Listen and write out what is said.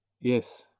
Yes